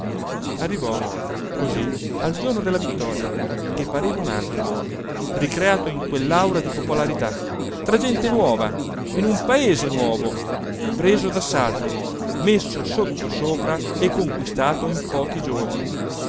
arrivò così al giorno della vittoria che pareva un altro ricreato in quellaura di popolarità tra gente nuova in un paese nuovo preso dassalto messo sottosopra e conquistato in pochi giorni